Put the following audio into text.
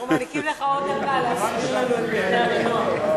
אנחנו מעניקים לך עוד דקה להסביר לנו את פרטי המנוע.